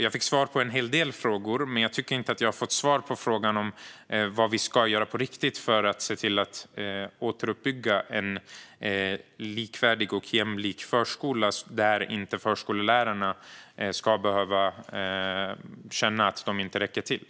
Jag fick svar på en hel del frågor, men jag tycker inte att jag har fått svar på frågan om vad vi ska göra på riktigt för att se till att återuppbygga en likvärdig och jämlik förskola där förskollärarna inte ska behöva känna att de inte räcker till.